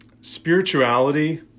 Spirituality